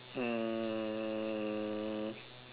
um